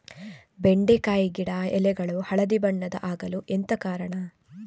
ಬೆಂಡೆಕಾಯಿ ಗಿಡ ಎಲೆಗಳು ಹಳದಿ ಬಣ್ಣದ ಆಗಲು ಎಂತ ಕಾರಣ?